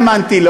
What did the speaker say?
תאמין לי,